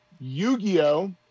Yu-Gi-Oh